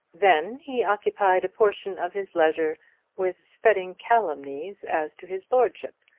then he occupied a portion of his leisure with spreading calumnies as to his lordship,